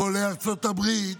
עולי ארצות הברית,